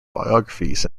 biographies